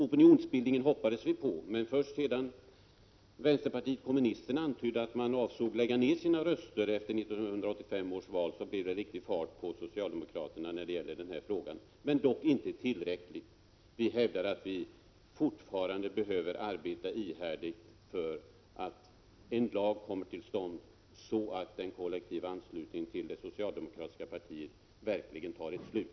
Vi hoppades på opinionsbildningen, men först sedan man inom vänsterpartiet kommunisterna antydde att man avsåg att lägga ned sina röster efter 1985 års val blev det riktig fart på socialdemokraterna i den här frågan, dock inte tillräckligt. Vi hävdar att vi fortfarande behöver arbeta ihärdigt för att en lag skall komma till stånd, så att den kollektiva anslutningen till det socialdemokratiska partiet verkligen får ett slut.